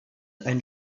einem